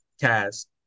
cast